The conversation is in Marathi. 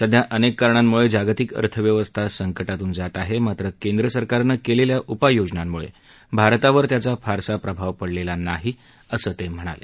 सध्या अनेक कारणांमुळे जागतिक अर्थव्यवस्था संकटातून जात आहे मात्र केंद्र सरकारनं केलेल्या अनेक उपाययोजनांमुळे भारतावर त्याचा फारसा प्रभाव पडलेला नाही असं ते म्हणाले